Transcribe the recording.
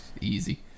Easy